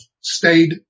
stayed